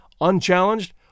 unchallenged